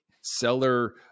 Seller